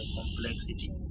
complexity